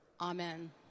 Amen